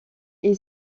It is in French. est